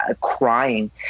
crying